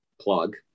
plug